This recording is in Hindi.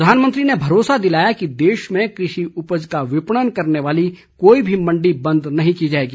प्रधानमंत्री ने भरोसा दिलाया कि देश में कृषि उपज का विपणन करने वाली कोई भी मंडी बंद नहीं की जाएगी